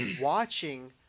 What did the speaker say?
watching